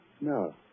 No